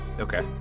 Okay